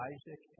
Isaac